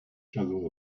struggle